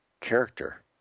character